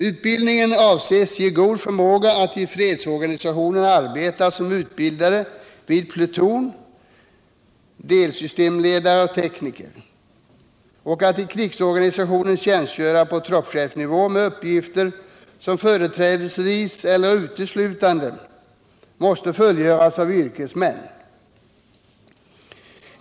Utbildningen avses ge god förmåga att i fredsorganisationen arbeta som utbildare vid pluton, som delsystemledare och tekniker, och att i krigsorganisationen tjänstgöra på troppchefsnivån med uppgifter som företrädesvis eller uteslutande måste fullgöras av yrkesmän.